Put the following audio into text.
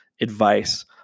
advice